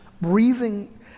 breathing